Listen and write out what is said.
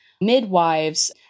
midwives